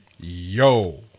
Yo